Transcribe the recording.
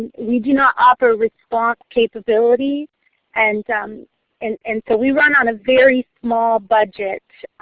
we do not offer response capability and and and so, we run on a very small budget.